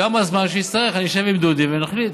כמה זמן שנצטרך, אני אשב עם דודי ונחליט.